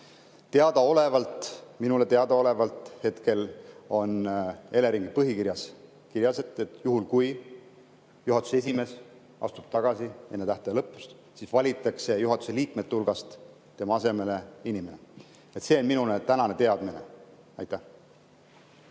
paikapanek? Minule teadaolevalt on hetkel Eleringi põhikirjas kirjas, et juhul kui juhatuse esimees astub tagasi enne tähtaja lõppu, siis valitakse juhatuse liikmete hulgast tema asemele inimene. See on minu tänane teadmine. Aitäh!